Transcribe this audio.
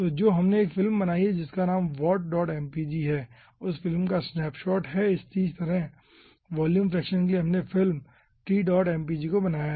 तो जो हमने एक फिल्म बनाई है जिसका नाम vortmpg है उस फिल्म का स्नैपशॉट है इसी तरह वॉल्यूम फ्रैक्शन के लिए हमने फिल्म tmpg को बनाया है